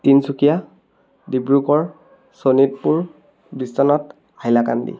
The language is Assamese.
তিনিচুকীয়া ডিব্ৰুগড় শোণিতপুৰ বিশ্বনাথ হাইলাকান্দি